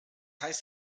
heißt